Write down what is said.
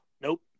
Nope